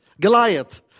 Goliath